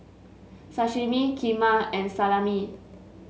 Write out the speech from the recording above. Sashimi Kheema and Salami